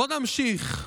בואו נמשיך.